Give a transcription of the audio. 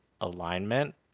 alignment